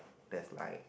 that's like